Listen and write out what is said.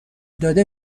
داده